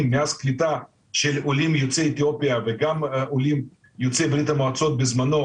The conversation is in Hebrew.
מאז קליטת עולי אתיופיה וגם קליטת עולי ברית המועצות בזמנו,